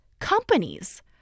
companies